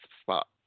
spot